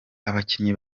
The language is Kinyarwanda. abakinnyi